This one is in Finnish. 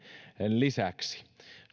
lisäksi nyt